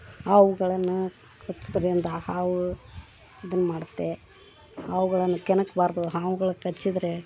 ಹಾವುಗಳು ಕಚ್ಚೋದ್ರಿಂದ ಆ ಹಾವು ಇದನ್ನು ಮಾಡತ್ತೆ ಹಾವುಗಳನ್ನು ಕೆಣಕಬಾರ್ದು ಹಾವುಗಳು ಕಚ್ಚಿದರೆ